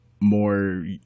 more